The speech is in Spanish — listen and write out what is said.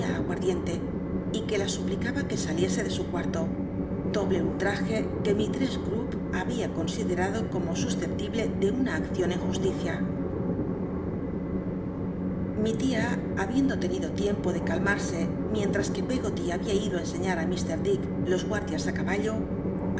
diente y tic la suplicaba que saliese de su cuarto doble ultraje que mistress crupp había considerado corno susceptible de una accion en justicia mi tia habiendo tenido tiempo de calmarse mientras que peggoty babia ido ti cnsciiat li i'l le dick los gt a edias á caballo